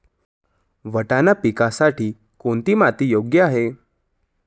वाटाणा पिकासाठी कोणती माती योग्य आहे?